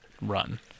run